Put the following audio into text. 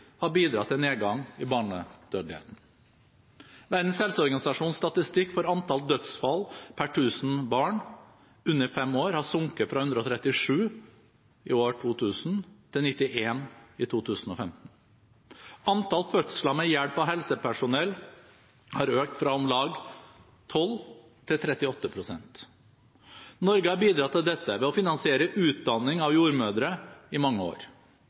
har bidratt til nedgang i barnedødeligheten. Verdens helseorganisasjons statistikk for antall dødsfall per 1 000 barn under fem år har sunket fra 137 i år 2000 til 91 i 2015. Antall fødsler med hjelp av helsepersonell har økt fra om lag 12 til 38 pst. Norge har bidratt til dette ved å finansiere utdanning av jordmødre i mange år.